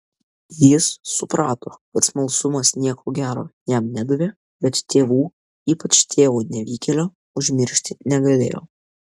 jis suprato kad smalsumas nieko gero jam nedavė bet tėvų ypač tėvo nevykėlio užmiršti negalėjo